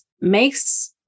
makes